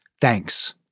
thanks